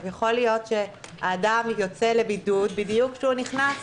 יכול להיות שהאדם יוצא לבידוד בדיוק כשהוא נכנס